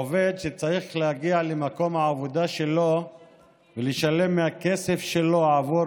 עובד שצריך להגיע למקום העבודה שלו ולשלם מהכסף שלו עבור